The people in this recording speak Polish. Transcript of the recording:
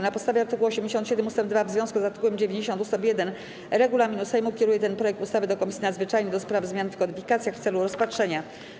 Na podstawie art. 87 ust. 2, w związku z art. 90 ust. 1 regulaminu Sejmu, kieruję ten projekt ustawy do Komisji Nadzwyczajnej do spraw zmian w kodyfikacjach w celu rozpatrzenia.